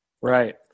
Right